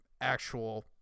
actual